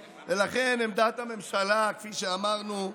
ולכן, עמדת הממשלה, כפי שאמרנו,